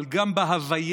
אבל גם בהוויה,